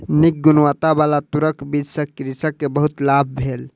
नीक गुणवत्ताबला तूरक बीज सॅ कृषक के बहुत लाभ भेल